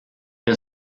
der